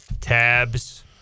Tabs